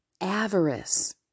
Avarice